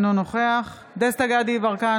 אינו נוכח דסטה גדי יברקן,